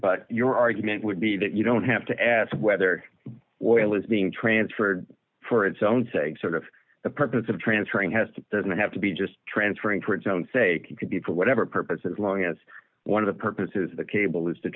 but your argument would be that you don't have to ask whether it was being transferred for its own sake sort of the purpose of transferring has to doesn't have to be just transferring for its own sake could be for whatever purpose as long as one of the purposes of the cable is to